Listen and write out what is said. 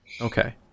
okay